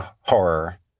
horror